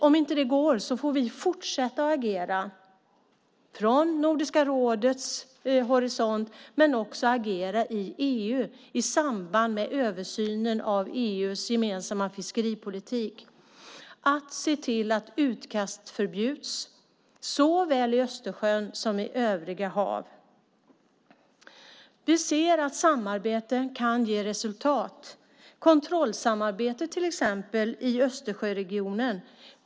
Om det inte går får vi fortsätta att agera från Nordiska rådets horisont men också agera i EU i samband med översynen av EU:s gemensamma fiskeripolitik för att se till att utkast förbjuds såväl i Östersjön som i övriga hav. Vi ser att samarbete kan ge resultat, till exempel genom kontrollsamarbete i Östersjöregionen.